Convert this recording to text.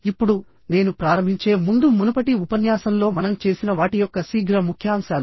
ఇప్పుడు నేను ప్రారంభించే ముందు మునుపటి ఉపన్యాసంలో మనం చేసిన వాటి యొక్క శీఘ్ర ముఖ్యాంశాలు